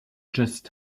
just